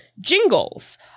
jingles